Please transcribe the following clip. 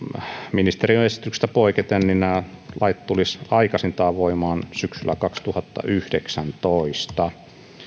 ministeriön esityksestä poiketen nämä lait tulisivat aikaisintaan voimaan syksyllä kaksituhattayhdeksäntoista